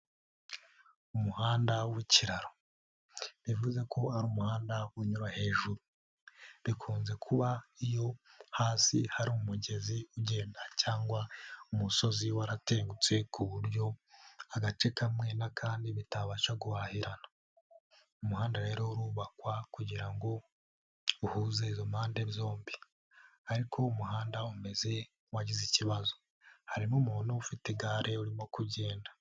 Umuhanda w'ikiraro , bivuze ko ari umuhanda unyura hejuru. Bikunze kuba iyo hasi hari umugezi ugenda, cyangwa umusozi waratengutse, ku buryo agace kamwe n'akandi biba bitabasha guhahirana. Umuhanda rero wubakwa kugira ngo uhuze izo mpande zombi, ariko umuhanda umeze nk'uwagize ikibazo, hari n'umuntu ufite igare urimo kugenda.